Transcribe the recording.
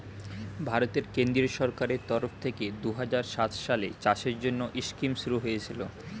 ভারতের কেন্দ্রীয় সরকারের তরফ থেকে দুহাজার সাত সালে চাষের জন্যে স্কিম শুরু হয়েছিল